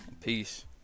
Peace